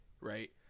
right